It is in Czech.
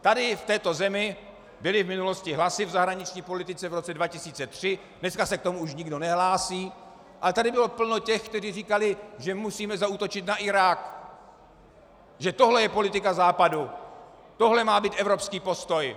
Tady v této zemi byly v minulosti hlasy v zahraniční politice, v roce 2003, dneska se k tomu už nikdo nehlásí, ale tady bylo plno těch, kteří říkali, že musíme zaútočit na Irák, že tohle je politika Západu, tohle má být evropský postoj.